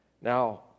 Now